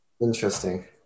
Interesting